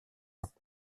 ans